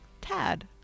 Tad